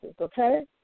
okay